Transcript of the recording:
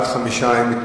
4) (איסור הפליה בשל גיל),